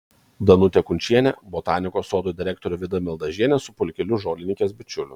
danutė kunčienė botanikos sodo direktorė vida mildažienė su pulkeliu žolininkės bičiulių